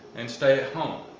and stay home?